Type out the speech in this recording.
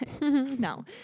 No